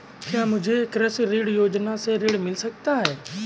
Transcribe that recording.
क्या मुझे कृषि ऋण योजना से ऋण मिल सकता है?